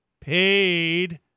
Paid